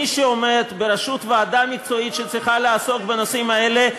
מי שעומד בראשות הוועדה המקצועית שצריכה לעסוק בנושאים האלה,